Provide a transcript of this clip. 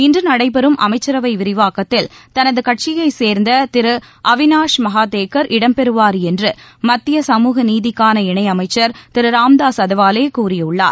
இன்று நடைபெறும் அமைச்சரவை விரிவாக்கத்தில் தனது கட்சியை சேர்ந்த திரு அவினாஷ் மகாதேக்கர் இடம்பெறுவார் என்று மத்திய சமூக நீதிக்கான இணையமைச்சர் திரு ராமதாஸ் அதவாலே கூறியுள்ளார்